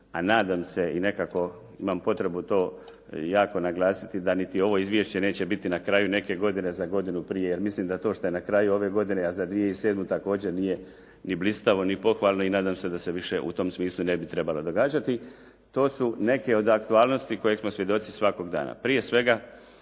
a nadam se i nekako imam potrebu to jako naglasiti da niti ovo izvješće neće biti na kraju neke godine za godinu prije jer mislim da to što je na kraju ove godine a za 2007. također nije ni blistavo ni pohvalno i nadam se da se više u tom smislu ne bi trebalo događati. To su neke od aktualnosti kojih smo svjedoci svakog dana. Prije svega,